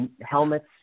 helmets